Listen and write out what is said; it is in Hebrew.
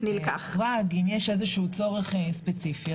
אם יש איזשהו צורך ספציפי,